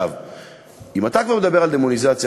אם אתה כבר מדבר על דמוניזציה,